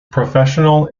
professional